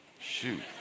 shoot